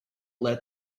let